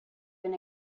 been